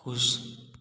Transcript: ख़शि